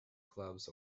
clubs